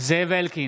זאב אלקין,